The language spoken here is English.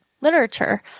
literature